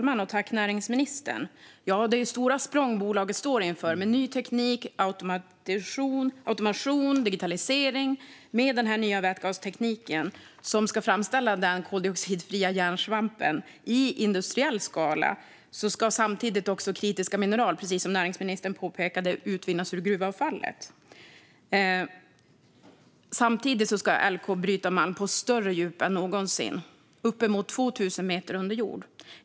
Fru talman! Det är stora språng som bolaget står inför, med ny teknik, automation och digitalisering och med den nya vätgasteknik som ska framställa koldioxidfri järnsvamp i industriell skala, samtidigt som kritiska mineral ska utvinnas ur gruvavfall, som näringsministern påpekade. Samtidigt ska LK bryta malm på större djup än någonsin, uppemot 2 000 meter under jord.